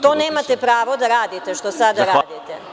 To nemate pravo da radite, što sada radite.